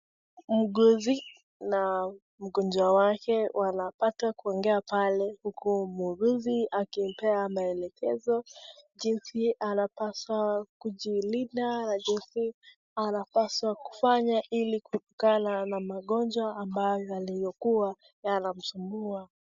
Muuguzi na mgonjwa wake wanapata kuongea pale, huku muuguzi akimpea maelekezo jinsi anapaswa kujilinda, jinsi anapaswa kufanya ili kuepukana na magonjwa ambayo yaliyokuwa yanamsumbua.